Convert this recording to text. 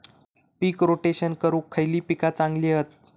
पीक rotation करूक खयली पीका चांगली हत?